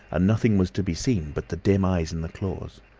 and nothing was to be seen but the dim eyes and the claws.